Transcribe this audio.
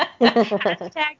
Hashtag